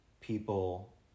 people